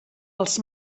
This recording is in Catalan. els